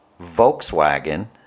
Volkswagen